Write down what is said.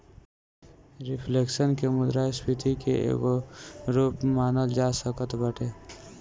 reflection के मुद्रास्फीति के एगो रूप मानल जा सकत बाटे